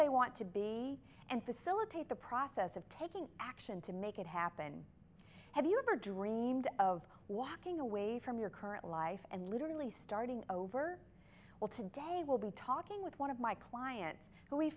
they want to be and facilitate the process of taking action to make it happen have you ever dreamed of walking away from your current life and literally starting over well today will be talking with one of my clients who we